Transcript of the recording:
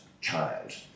child